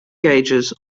gauges